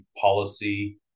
policy